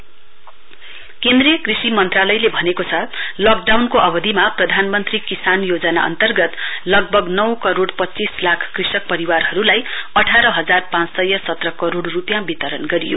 PM Kisan केन्द्रीय कृषि मन्त्रालयले भनेको छ लकडाउनको अवधिमा प्रधानमन्त्री किसान योजना अन्तर्गत लगभग नौ करोड़ पञ्चीस लाख कृषक परिवारहरुलाई अठार हजार पाँच सय सत्र करोड़ रुपियाँ वितरण गरियो